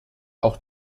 auch